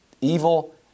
evil